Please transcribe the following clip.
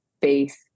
faith